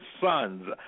sons